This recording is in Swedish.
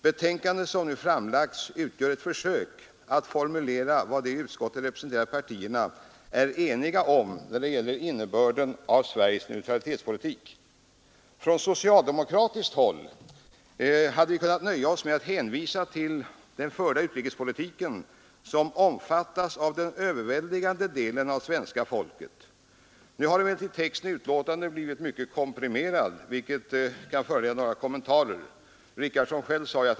Detta betänkande utgör ett försök att formulera vad de i utskottet representerade partierna är eniga om när det gäller innebörden av Sveriges neutralitetspolitik.